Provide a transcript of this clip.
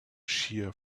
shear